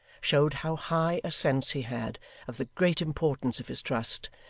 showed how high a sense he had of the great importance of his trust,